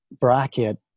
bracket